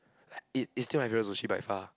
it is still my favorite sushi by far